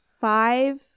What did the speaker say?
five